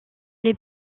les